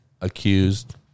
accused